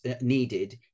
needed